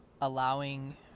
allowing